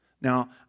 Now